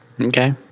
okay